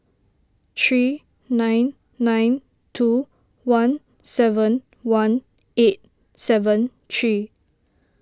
three nine nine two one seven one eight seven three